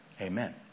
Amen